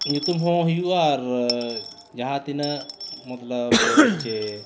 ᱧᱩᱛᱩᱢ ᱦᱚᱸ ᱦᱩᱭᱩᱜᱼᱟ ᱟᱨ ᱡᱟᱦᱟᱸ ᱛᱤᱱᱟᱹ ᱢᱚᱛᱞᱚᱵᱽ ᱥᱮ